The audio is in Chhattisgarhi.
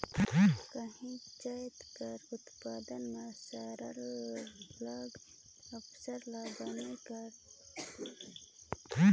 काहींच जाएत कर उत्पादन में सरलग अफसल ले बन कर छंटई दार काम सरलग दिखई देबे करथे